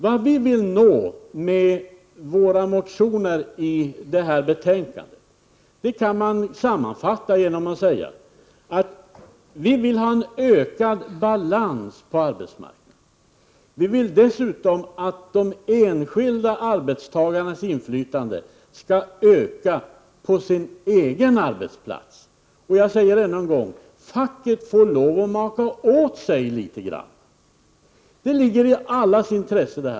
Vad vi vill nå med våra motioner i det här betänkandet kan sammanfattas i att vi vill ha en ökad balans på arbetsmarknaden. Vi vill dessutom att de enskilda arbetstagarnas inflytande på sin egen arbetsplats skall öka. Jag säger än en gång: Facket får lov att maka åt sig litet grand. Det här ligger i allas intresse.